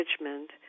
management